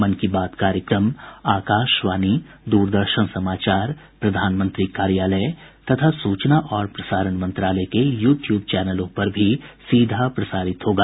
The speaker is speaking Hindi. मन की बात कार्यक्रम आकाशवाणी द्रदर्शन समाचार प्रधानमंत्री कार्यालय तथा सूचना और प्रसारण मंत्रालय के यूट्यूब चैनलों पर भी सीधा प्रसारित होगा